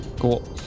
Cool